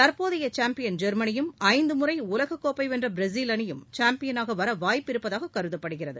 தற்போதைய சும்பியன் ஜெர்மனியும் ஐந்து முறை உலக கோப்பை வென்ற பிரேசில் அணியும் சேம்பியனாக வர வாய்ப்பு இருப்பதாக கருதப்படுகிறது